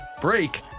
break